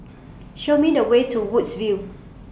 Show Me The Way to Woodsville